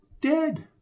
Dead